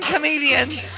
Comedians